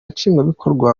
nshingwabikorwa